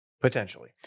Potentially